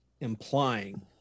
implying